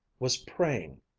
was praying.